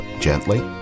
gently